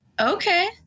Okay